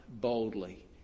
boldly